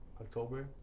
October